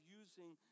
using